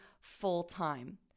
full-time